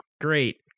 Great